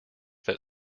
that